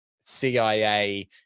CIA